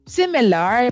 similar